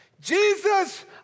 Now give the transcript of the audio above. Jesus